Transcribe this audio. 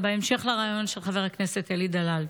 רעיון, בהמשך לרעיון של חבר הכנסת אלי דלל.